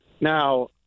Now